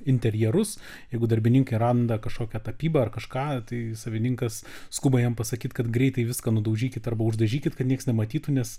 interjerus jeigu darbininkai randa kažkokią tapybą ar kažką tai savininkas skuba jam pasakyti kad greitai viską nudaužykit arba išdažykit kad nieks nematytų nes